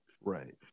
Right